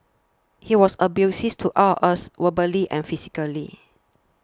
he was abuses to all us verbally and physically